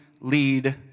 lead